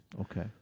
okay